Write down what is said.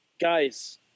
guys